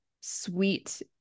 sweet